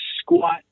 squat